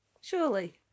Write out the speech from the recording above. surely